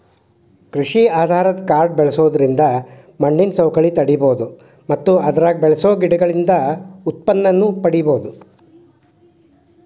ಕೃಷಿ ಆಧಾರದ ಕಾಡು ಬೆಳ್ಸೋದ್ರಿಂದ ಮಣ್ಣಿನ ಸವಕಳಿ ತಡೇಬೋದು ಮತ್ತ ಅದ್ರಾಗ ಬೆಳಸೋ ಗಿಡಗಳಿಂದ ಉತ್ಪನ್ನನೂ ಪಡೇಬೋದು